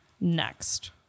Next